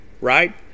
right